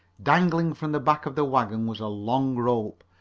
dangling from the back of the wagon was a long rope,